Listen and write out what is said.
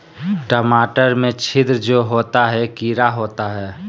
टमाटर में छिद्र जो होता है किडा होता है?